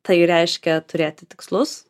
tai reiškia turėti tikslus